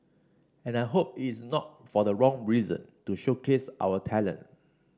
and I hope it is not for the wrong reason to showcase our talent